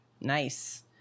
Nice